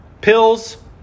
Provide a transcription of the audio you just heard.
Pills